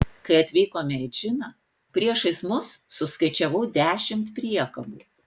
kai atvykome į džiną priešais mus suskaičiavau dešimt priekabų